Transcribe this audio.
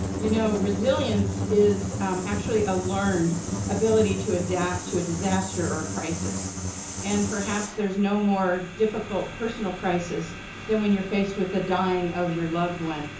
you know resilience is actually a learned ability to adapt to a disaster or crisis and perhaps there's no more difficult personal crisis than when you're faced with the dying of your loved one,